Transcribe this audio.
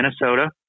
Minnesota